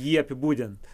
jį apibūdint